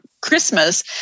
Christmas